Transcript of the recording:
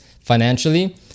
financially